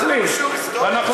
מה, אתה